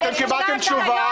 אתם קיבלתם תשובה.